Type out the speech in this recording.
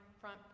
front